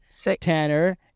Tanner